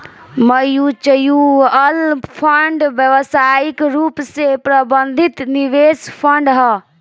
mutual fund व्यावसायिक रूप से प्रबंधित निवेश फंड ह